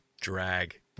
drag